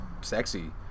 sexy